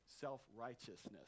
self-righteousness